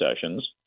sessions